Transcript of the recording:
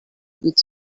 with